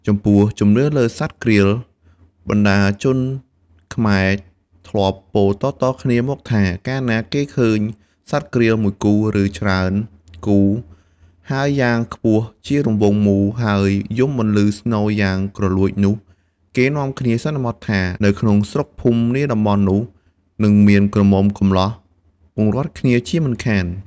ចំពោះ ជំនឿលើសត្វក្រៀល បណ្ដាជនខ្មែរធ្លាប់ពោលតៗគ្នាមកថា កាលណាគេឃើញសត្វក្រៀលមួយគូ ឬច្រើនគូ ហើរយ៉ាងខ្ពស់ជារង្វង់មូល ហើយយំបន្លឺស្នូរយ៉ាងគ្រលួចនោះ គេនាំគ្នាសន្មតថា នៅក្នុងស្រុកភូមិនាតំបន់នោះ និងមានក្រមុំកំលោះពង្រត់គ្នាជាមិនខាន។